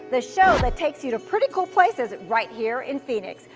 the show that takes you to pretty cool places right here in phoenix.